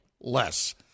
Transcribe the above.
less